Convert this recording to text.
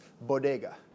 Bodega